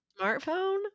smartphone